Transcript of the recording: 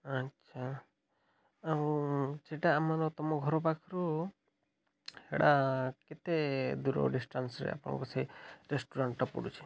ଆଚ୍ଛା ଆଉ ସେଟା ଆମର ତମ ଘର ପାଖରୁ ସେଟା କେତେ ଦୂର ଡିଷ୍ଟାନ୍ସରେ ଆପଣଙ୍କ ସେ ରେଷ୍ଟୁରାଣ୍ଟ୍ଟା ପଡ଼ୁଛି